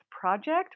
project